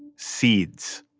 seeds.